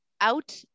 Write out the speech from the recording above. out